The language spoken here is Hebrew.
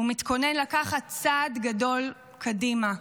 ומתכונן לקחת צעד גדול קדימה.